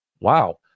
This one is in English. wow